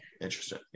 interesting